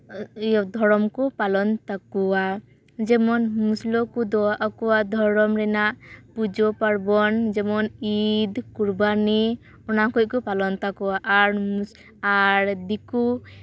ᱫᱷᱚᱨᱚᱢ ᱠᱚ ᱯᱟᱞᱚᱱ ᱛᱟᱠᱚᱣᱟ ᱡᱮᱢᱚᱱ ᱢᱩᱥᱞᱟᱹ ᱠᱚᱫᱚ ᱟᱠᱚᱣᱟᱜ ᱫᱷᱚᱨᱚᱢ ᱨᱮᱱᱟᱜ ᱯᱩᱡᱟᱹ ᱯᱟᱨᱵᱚᱱ ᱡᱮᱢᱚᱱ ᱤᱫ ᱠᱩᱨᱵᱟᱱᱤ ᱚᱱᱟ ᱠᱚᱡ ᱠᱚ ᱯᱟᱞᱚᱱ ᱛᱟᱠᱚᱣᱟ ᱟᱨ ᱟᱨ ᱫᱤᱠᱩ